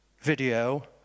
video